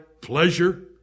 pleasure